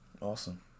Awesome